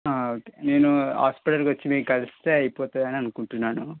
okay నేను హాస్పిటల్కు వచ్చి మీకు కలిస్తే అవుపోతుందని అనుకుంటున్నాను